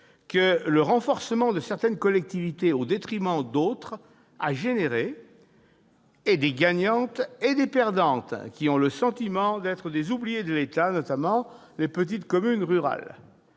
que « le renforcement de certaines collectivités au détriment d'autres a généré des gagnantes et des perdantes qui ont le sentiment d'être des oubliées de l'État, notamment les petites communes rurales